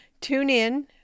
TuneIn